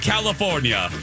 California